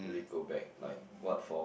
really go back like what for